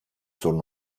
sorun